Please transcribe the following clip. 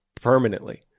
permanently